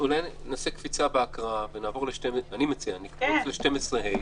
נעבור ל-12ה,